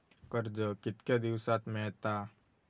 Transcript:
कर्ज कितक्या दिवसात मेळता?